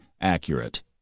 accurate